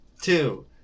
two